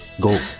go